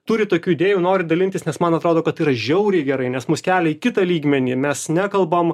turi tokių idėjų nori dalintis nes man atrodo kad tai yra žiauriai gerai nes mus kelia į kitą lygmenį mes nekalbam